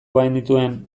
bagenituen